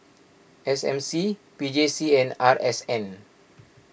S M C P J C and R S N